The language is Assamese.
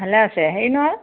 ভালে আছে হেৰি নহয়